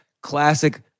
classic